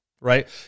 right